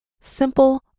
Simple